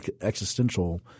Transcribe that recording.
existential